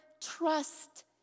Trust